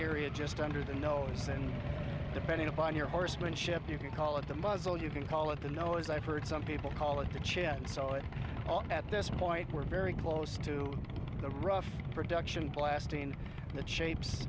area just under the nose and depending upon your horsemanship you can call it the muzzle you can call it the nose i've heard some people call it the chin so it's all at this point we're very close to the rough production blasting the shapes